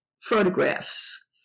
photographs